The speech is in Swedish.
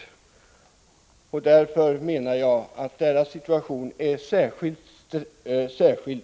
Bl.a. därför menar jag att deras situation är särskilt trängd.